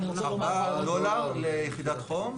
4 דולר ליחידת חום.